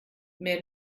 mehr